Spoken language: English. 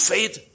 Faith